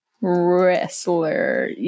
Wrestler